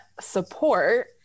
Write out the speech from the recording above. support